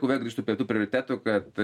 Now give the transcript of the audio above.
vėl grįžtu prie tų prioritetų kad